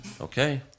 Okay